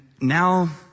now